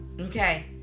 Okay